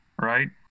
right